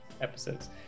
episodes